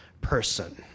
person